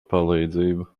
palīdzību